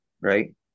right